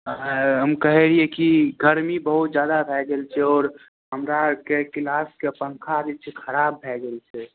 हम कहै हियै कि गर्मी बहुत जादा भए गेल छै आओर हमरा आरके किलासके पंखा जे छै खराब भए गेल छै